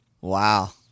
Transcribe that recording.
Wow